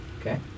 Okay